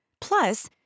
Plus